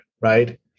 right